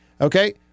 Okay